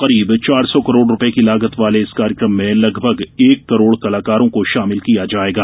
करीब चार सौ करोड़ रुपये की लागत वाले इस कार्यक्रम में लगभग एक करोड़ कलाकारों को शामिल किया जायेगा